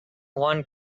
one